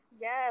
yes